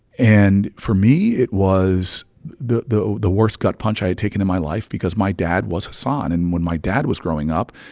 and for me, it was the the worst gut punch i had taken in my life because my dad was hassan. and when my dad was growing up,